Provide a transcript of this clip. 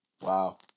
Wow